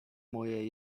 moje